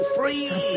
free